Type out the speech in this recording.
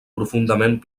profundament